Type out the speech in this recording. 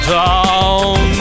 town